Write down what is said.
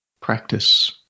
practice